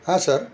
हा सर